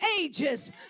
ages